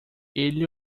ele